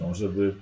żeby